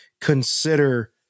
Consider